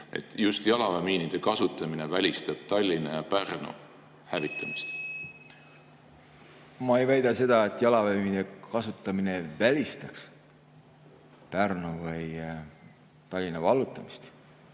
et just jalaväemiinide kasutamine välistab Tallinna ja Pärnu hävitamise. (Juhataja helistab kella.) Ma ei väida seda, et jalaväemiinide kasutamine välistaks Pärnu või Tallinna vallutamise.